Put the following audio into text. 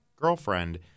girlfriend